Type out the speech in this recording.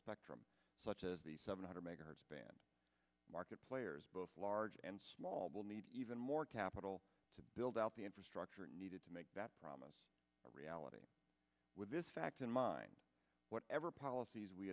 spectrum such as the seven hundred megahertz band market players both large and small will need even more capital to build out the infrastructure needed to make that promise a reality with this fact in mind whatever policies we